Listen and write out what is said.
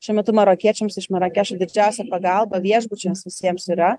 šiuo metu marokiečiams iš marakešo didžiausia pagalba viešbučiams visiems yra